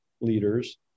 leaders